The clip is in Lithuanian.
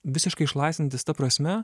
visiškai išlaisvinantis ta prasme